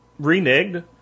reneged